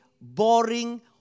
boring